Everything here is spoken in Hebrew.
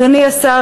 אדוני השר,